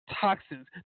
toxins